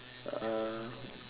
uh